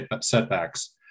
setbacks